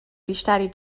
بیشتری